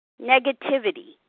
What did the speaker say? negativity